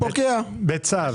בצו.